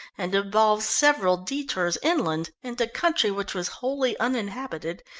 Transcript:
and involved several detours inland into country which was wholly uninhabited,